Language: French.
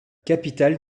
capitale